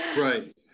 Right